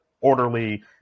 orderly